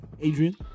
Adrian